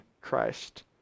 Christ